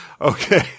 Okay